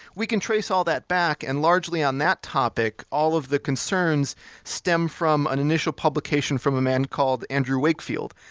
we can trace all that back and largely on that topic all of the concerns stem from an initial publication from a man called andrew wakefield.